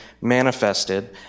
manifested